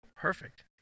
Perfect